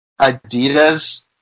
Adidas